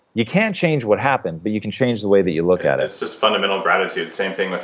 you can't change what happened, but you can change the way that you look at it it's just fundamental gratitude. same thing with